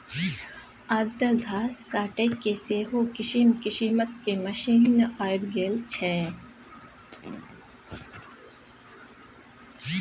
आब तँ घास काटयके सेहो किसिम किसिमक मशीन आबि गेल छै